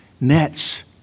nets